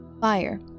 fire